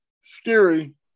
scary